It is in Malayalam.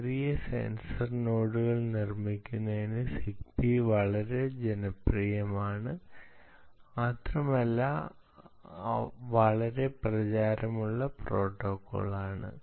ചെറിയ സെൻസർ നോഡുകൾ നിർമ്മിക്കുന്നതിന് സിഗ്ബി വളരെ ജനപ്രിയമാണ് മാത്രമല്ല ഇത് വളരെ പ്രചാരമുള്ള പ്രോട്ടോക്കോൾ ആണ്